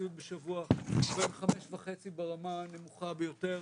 הסיעוד בשבוע 25.5 ברמה הנמוכה ביותר